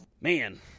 man